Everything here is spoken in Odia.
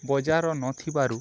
ବଜାର ନ ଥିବାରୁ